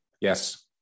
Yes